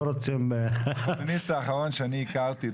רוצים --- הקומוניסט האחרון שאני הכרתי,